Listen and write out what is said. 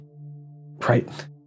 right